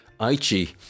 Aichi